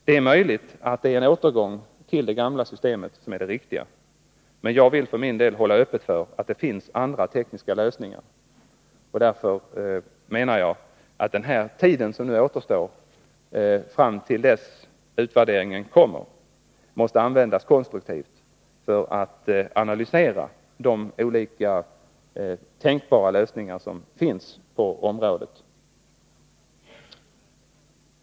Det är möjligt att det är en återgång till det gamla systemet som är det riktiga, men jag vill för min del hålla öppet för andra tekniska lösningar. Därför menar jag att den tid som återstår fram till dess att utvärderingen redovisas måste användas konstruktivt för att analysera de olika tänkbara lösningar som finns på området.